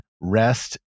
rest